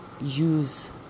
use